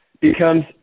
becomes